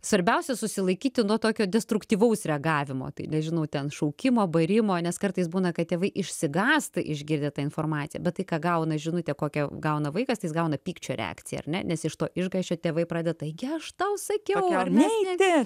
svarbiausia susilaikyti nuo tokio destruktyvaus reagavimo tai nežinau ten šaukimo barimo nes kartais būna kad tėvai išsigąsta išgirdę tą informaciją bet tai ką gauna žinutę kokią gauna vaikas tai jis gauna pykčio reakciją ar ne nes iš to išgąsčio tėvai prade taigi aš tau sakiau neiti